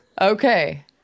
okay